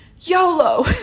YOLO